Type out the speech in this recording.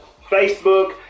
Facebook